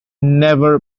never